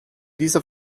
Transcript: dieser